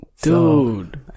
dude